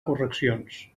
correccions